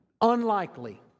unlikely